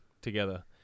together